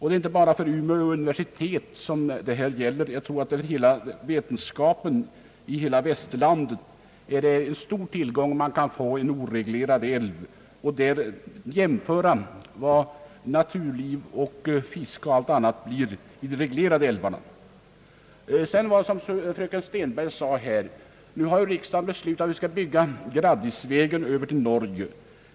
Det är inte bara för Umeå universitet som frågan har stor betydelse, utan jag tror att det är av stort intresse för vetenskapen i hela västerlandet att ha tillgång till en oreglerad älv för att ha möjligheter att beträffande naturliv och fiske och allt annat göra jämförelser med de reglerade älvarna. Jag vill beröra vad fröken Stenberg här anförde. Riksdagen har beslutat att vi skall bygga Graddisvägen över till Norge.